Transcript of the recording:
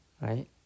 right